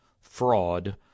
fraud